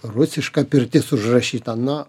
rusiška pirtis užrašyta na